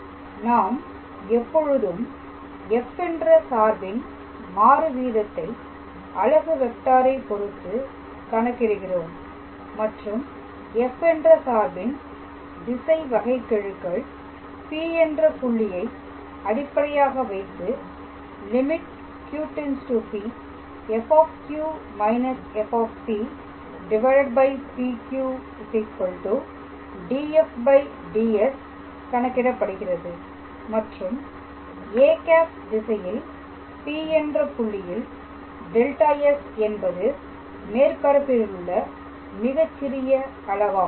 நாம் எப்பொழுதும் f என்ற சார்பின் மாறு வீதத்தை அலகு வெக்டாரை பொறுத்து கணக்கிடுகிறோம் மற்றும் f என்ற சார்பின் திசை வகைக்கெழுகள் P என்ற புள்ளியை அடிப்படையாக வைத்து Q→P lim f−f PQ dfds கணக்கிடப்படுகிறது மற்றும் â திசையில் P என்ற புள்ளியில் δs என்பது மேற்பரப்பிலுள்ள மிகச்சிறிய அளவாகும்